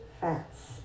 fats